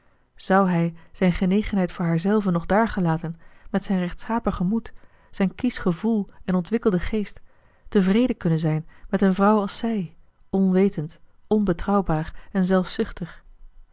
zou hij zijn genegenheid voor haarzelve nog daargelaten met zijn rechtschapen gemoed zijn kiesch gevoel en ontwikkelden geest tevreden kunnen zijn met een vrouw als zij onwetend onbetrouwbaar en